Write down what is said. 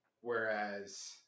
whereas